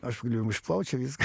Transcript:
aš galiu jum išplaut čia viską